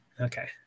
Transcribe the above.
Okay